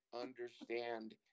understand